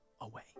away